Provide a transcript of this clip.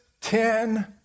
Ten